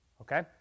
okay